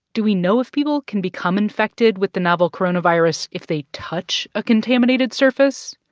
do we know if people can become infected with the novel coronavirus if they touch a contaminated surface?